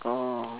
orh